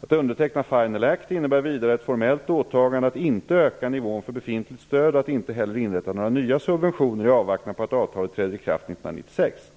Att underteckna Final Act innebär vidare ett formellt åtagande att inte öka nivån för befintligt stöd och att inte heller inrätta några nya subventioner i avvaktan på att avtalet träder i kraft 1996.